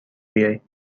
بیای